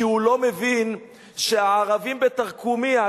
כי הוא לא מבין שהערבים בתרקומיא,